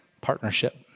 partnership